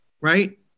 right